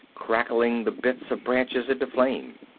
crackling the bits of branches into flame.